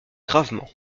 gravement